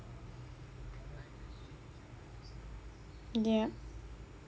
yup